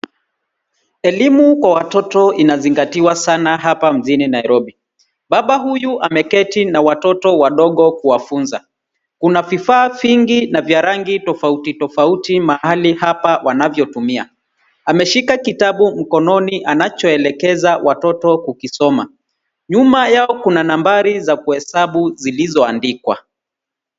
Elimu kwa Watoto inazingatiwa sana hapa mjini Nairobi. Baba huyu ameketi na watoto wadogo kuwafunza. Kuna vifaa vingi na vya rangi tofauti tofauti mahali hapa wanavyotumia. Ameshika kitabu mkononi anachoelekeza watoto kukisoma. Nyuma yao kuna nambari za kuhesabu zilizoandikwa.